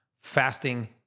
fasting